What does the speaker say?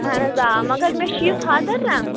اَہَن حظ آ مگر مےٚ چھُ یہِ فادر نا